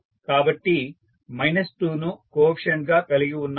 కాబట్టి 2 ను కోఎఫీసియంట్ గా కలిగి ఉన్నాము